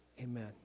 Amen